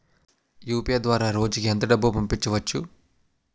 UPI ద్వారా రోజుకి ఎంత డబ్బు పంపవచ్చు?